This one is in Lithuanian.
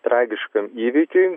tragiškam įvykiui